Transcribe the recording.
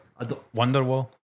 Wonderwall